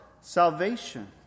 salvation